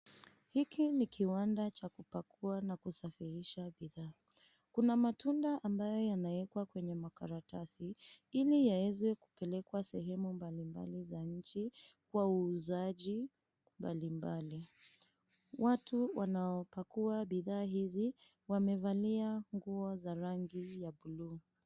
Hiki ni kiwanda cha kupakua na kusafirisha bidhaa. Kuna matunda ambaye yanawekwa kwenye karatasi ili yaweze kupelekwa sehemu mbalimbali za nchi kwa uuzaji mbalimbali. Watu wanaopakua bidhaa hizi wamevalia nguo za rangi ya bluu.